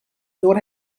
door